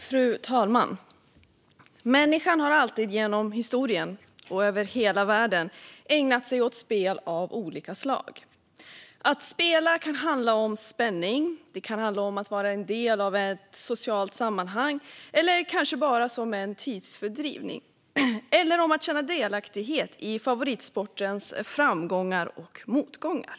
Fru talman! Människan har genom historien alltid, över hela världen, ägnat sig åt spel av olika slag. Att spela kan handla om spänning. Det kan handla om att vara en del av ett socialt sammanhang, eller också kanske det bara är ett tidsfördriv. Det kan även handla om att känna delaktighet i favoritsportens framgångar och motgångar.